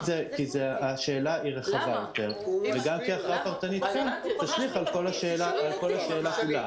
כי השאלה רחבה וגם כי הכרעה פרטנית פה תשליך על כל השאלה הגדולה.